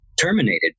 terminated